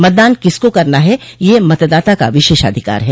मतदान किसको करना है यह मतदाता का विशेषाधिकार है